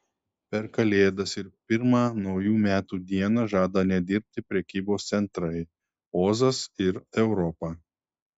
per kalėdas ir pirmą naujų metų dieną žada nedirbti prekybos centrai ozas ir europa